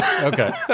Okay